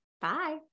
Bye